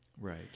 Right